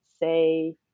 say